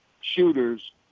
shooters